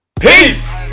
Peace